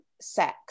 sex